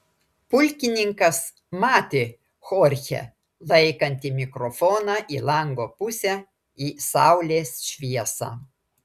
pulkininkas matė chorchę laikantį mikrofoną į lango pusę į saulės šviesą